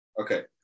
okay